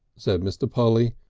said mr. polly,